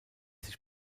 sich